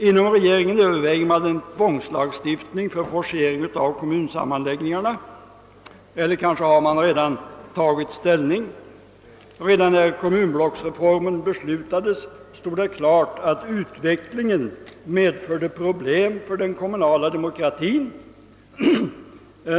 Inom regeringen överväger man en tvångslagstiftning för forcering av kommunsammanläggningarna, eller kanske har man redan tagit ställning. Redan när kommunblocksreformen beslutades stod det klart att utvecklingen medförde problem för den kommunala demokratin.